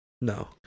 No